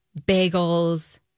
bagels